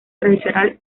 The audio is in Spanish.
tradicional